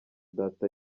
data